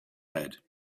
had